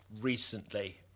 recently